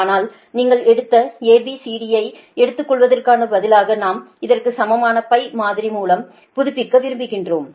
ஆனால் நீங்கள் எடுத்த A B C D யை எடுத்துக்கொள்வதற்குப் பதிலாக நாம் இதற்க்கு சமமான மாதிரி மூலம் புதுப்பிக்க விரும்புகிறோம்